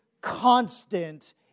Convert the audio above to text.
constant